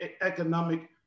economic